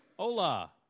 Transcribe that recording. Hola